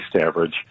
average